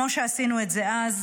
כמו שעשינו את זה אז,